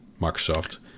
Microsoft